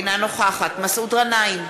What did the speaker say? אינה נוכחת מסעוד גנאים,